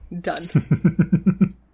done